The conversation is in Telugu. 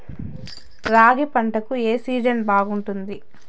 రాగి పంటకు, ఏ సీజన్ బాగుంటుంది?